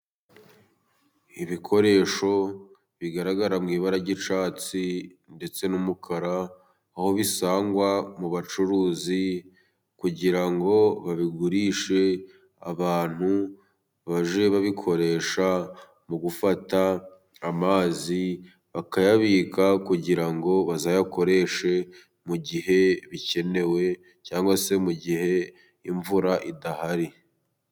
Ibikoresho bigaragara mu ibara ry'icyatsi ndetse n'umukara，aho bisangwa mu bacuruzi，kugira ngo babigurishe abantu bage babikoresha mu gufata amazi，bakayabika kugira ngo bazayakoreshe， mu gihe bikenewe cyangwa se mu gihe imvura idahari.